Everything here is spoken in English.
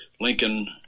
Lincoln